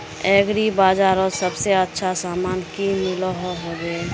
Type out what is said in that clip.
Agri बजारोत सबसे अच्छा सामान की मिलोहो होबे?